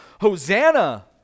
Hosanna